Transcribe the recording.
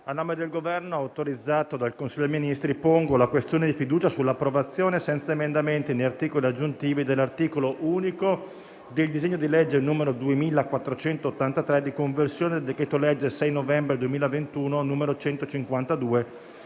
a nome del Governo, autorizzato dal Consiglio dei ministri, pongo la questione di fiducia sull'approvazione, senza emendamenti né articoli aggiuntivi, dell'articolo unico del disegno di legge n. 2483, di conversione del decreto-legge 6 novembre 2021, n. 152,